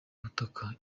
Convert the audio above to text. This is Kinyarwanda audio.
ubutaka